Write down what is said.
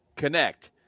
connect